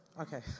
Okay